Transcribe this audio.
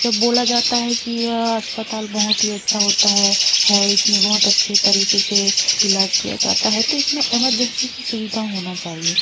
जब बोला जाता है कि यह अस्पताल बहुत ही अच्छा होता है है इसमें बहुत अच्छे तरीके से इलाज़ किया जाता है तो इसमें एमरजेंसी की सुविधा होना चाहिए